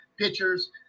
pictures